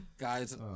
Guys